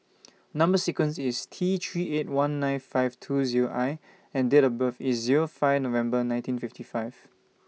Number sequence IS T three eight one nine five two Zero I and Date of birth IS Zero five November nineteen fifty five